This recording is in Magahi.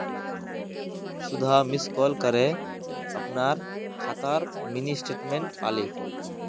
सुधा मिस कॉल करे अपनार खातार मिनी स्टेटमेंट पाले